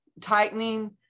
tightening